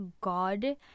god